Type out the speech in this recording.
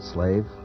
Slave